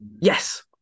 Yes